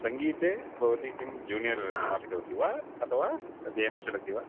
सङ्गीते भवती किं जूनियर् समापितवती वा अथवा अध्ययनं चलति वा